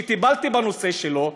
שטיפלתי בנושא שלו,